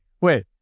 wait